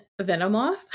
Venomoth